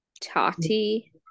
Tati